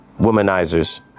womanizers